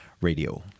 radio